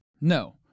No